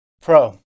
Pro